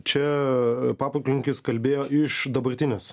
čia papulkininkis kalbėjo iš dabartinės